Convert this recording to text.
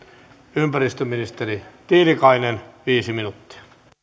ympäristöministeri tiilikainen viisi minuuttia